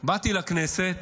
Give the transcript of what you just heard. באתי לכנסת,